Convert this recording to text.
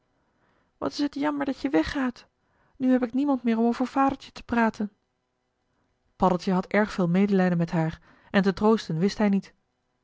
wat is het jammer dat je weggaat nu heb ik niemand meer om over vadertje te praten joh h been paddeltje de scheepsjongen van michiel de ruijter paddeltje had erg veel medelijden met haar en te troosten wist hij niet